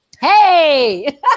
hey